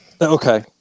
Okay